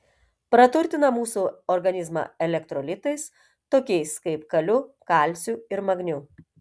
praturtina mūsų organizmą elektrolitais tokiais kaip kaliu kalciu ir magniu